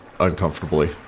uncomfortably